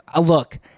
look